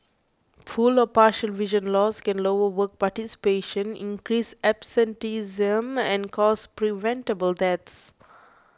full or partial vision loss can lower work participation increase absenteeism and cause preventable deaths